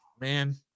man